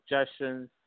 suggestions